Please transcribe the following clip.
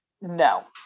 No